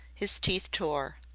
his teeth tore.